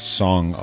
song